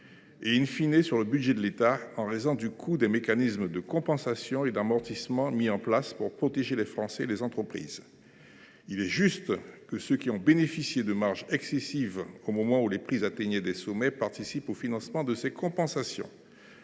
et,, sur le budget de l’État, en raison du coût des mécanismes de compensation et d’amortissement mis en place pour protéger les Français et les entreprises. Il est donc juste que ceux qui ont bénéficié de marges excessives au moment où les prix atteignaient des sommets participent au financement de ces compensations.